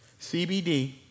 CBD